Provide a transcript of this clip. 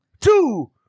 Two